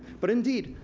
but indeed,